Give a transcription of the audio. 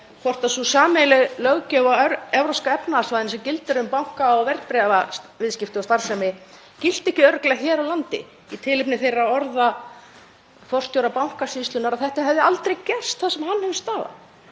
hvort sú sameiginlega löggjöf á Evrópska efnahagssvæðinu, sem gildir um banka og verðbréfaviðskipti og starfsemi, gilti ekki örugglega hér á landi, í tilefni þeirra orða forstjóra Bankasýslunnar um að þetta hefði aldrei gerst þar sem hann hefur